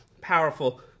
powerful